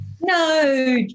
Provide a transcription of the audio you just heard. No